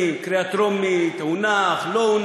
אני חושב גם מסעוד גנאים, נכון היה?